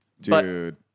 Dude